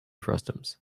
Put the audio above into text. frustums